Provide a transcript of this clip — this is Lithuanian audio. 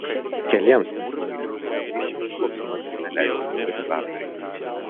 keliems nesimaišantiems skysčiams sluoksniuotis neleidžia stabilizatoriai